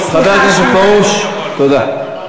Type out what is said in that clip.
חבר הכנסת פרוש, תודה.